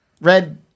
Red